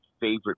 favorite